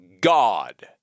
God